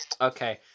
Okay